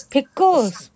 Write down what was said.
Pickles